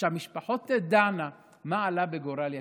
המשפחות תדענה מה עלה בגורל יקיריהן.